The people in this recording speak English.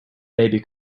baby